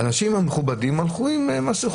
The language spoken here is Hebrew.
האנשים המכובדים הלכו עם מסכות.